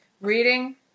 reading